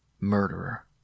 Murderer